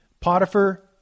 Potiphar